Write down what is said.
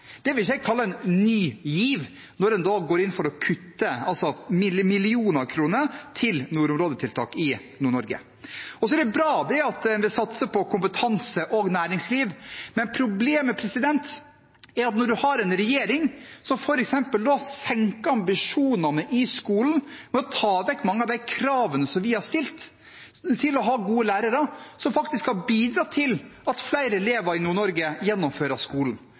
i Nord-Norge. Så er det bra at en vil satse på kompetanse og næringsliv. Men problemet er at når en har en regjering som f.eks. senker ambisjonene i skolen ved å ta vekk mange av de kravene som vi har stilt til å ha gode lærere – som faktisk kan bidra til at flere elever i Nord-Norge gjennomfører skolen,